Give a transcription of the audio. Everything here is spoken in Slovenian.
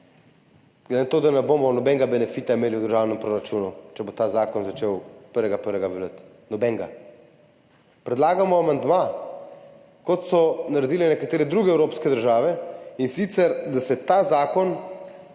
glede na to, da ne bomo imeli nobenega benefita v državnem proračunu, če bo ta zakon začel 1. 1. veljati. Nobenega. Predlagamo amandma, kot so naredile nekatere druge evropske države, in sicer da ta zakon